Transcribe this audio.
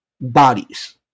bodies